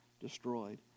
destroyed